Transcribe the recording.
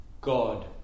God